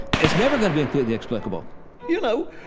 it's never going to be completely explicable you know,